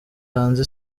hanze